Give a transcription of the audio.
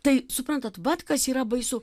tai suprantate vat kas yra baisu